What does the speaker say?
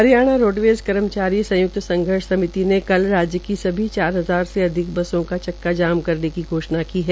Haryana roadways कर्मचारी संयुक्त संघर्ष समिति ने कल राज्य के सभी चार हजार से अधिक बसों का चक्का जाम करने की घोषणा की है